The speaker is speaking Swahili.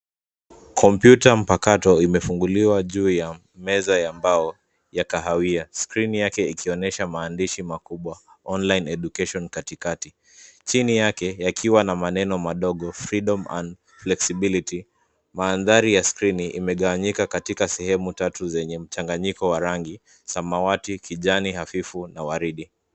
Komputa mpakato imefunguliwa juu ya meza ya mbao ya kahawia, skrini yake ikionyesha maandishi makubwa online education katikati chini yake yakiwa na maneno madogo freedom and flexibility . Mandhari ya skrini imegawanyika katika sehemu tatu zenye mchanganyiko wa rangi, samawati, kijani hafifu na waridi.